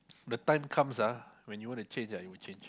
the time comes ah when you wanna change ah you will change